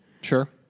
Sure